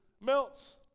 melts